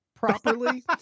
properly